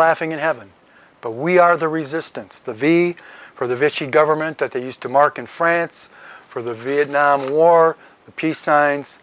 laughing in heaven but we are the resistance the v for the vision government that they used to mark in france for the vietnam war the peace signs